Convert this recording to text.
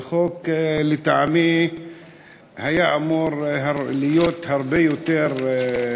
זה חוק, לטעמי היה אמור להיות הרבה יותר,